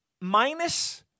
Minus